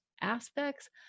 aspects